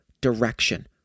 direction